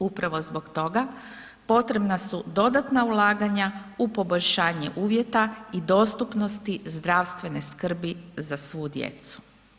Upravo zbog toga potrebna su dodatna ulaganja u poboljšanje uvjeta i dostupnosti zdravstvene skrbi za svu djecu.